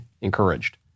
encouraged